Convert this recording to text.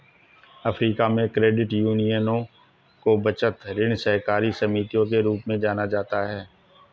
Africa में, credit यूनियनों को बचत, ऋण सहकारी समितियों के रूप में जाना जाता है